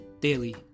Daily